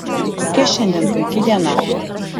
kokia šiandien puiki diena